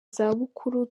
zabukuru